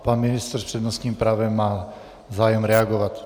Pan ministr s přednostním právem má zájem reagovat.